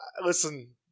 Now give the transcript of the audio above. Listen